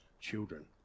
children